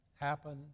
Happen